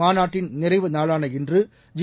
மாநாட்டின் நிறைவு நாளான இன்று ஜி